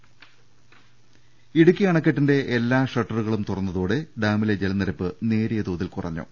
ദർവ്വെടെ ഒര ഇടുക്കി അണക്കെട്ടിന്റെ എല്ലാ ഷട്ടറുകളും തുറന്നതോടെ ഡാമിലെ ജല നിരപ്പ് നേരിയ തോതിൽ കുറഞ്ഞു